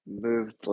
moved